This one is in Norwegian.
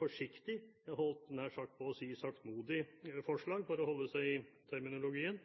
forsiktig forslag – jeg holdt nær sagt på å si saktmodig forslag, for å holde meg til terminologien